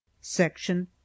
SECTION